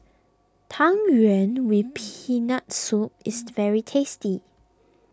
Tang Yuen with Peanut Soup is very tasty